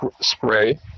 spray